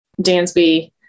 Dansby